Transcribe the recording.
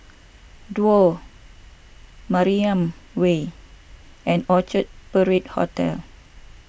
Duo Mariam Way and Orchard Parade Hotel